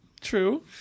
True